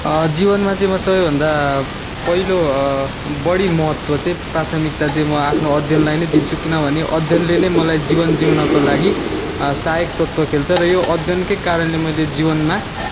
जीवनमा चाहिँ म सबैभन्दा पहिलो बढी महत्त्व चाहिँ प्राथमिकता चाहिँ म आफ्नो अध्ययनलाई नै दिन्छु किनभने अध्ययनले नै मलाई जीवन जिउनको लागि सहायक तत्त्व खेल्छ र यो अध्ययनकै कारणले मैले जीवनमा